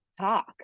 talk